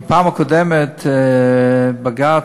כי בפעם הקודמת בג"ץ,